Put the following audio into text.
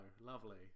Lovely